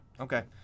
Okay